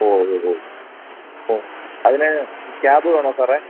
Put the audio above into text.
ഓഹ് ഓഹ് ഓഹ് ഓഹ് അതിന് ക്യാബ് വേണോ സാറെ